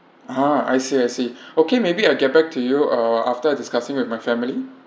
ah I see I see okay maybe I'll get back to you uh after I discussing with my family